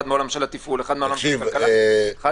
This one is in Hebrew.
אחד